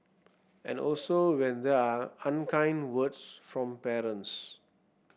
and also when there are unkind words from parents